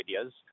ideas